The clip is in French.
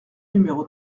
numéro